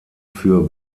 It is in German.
für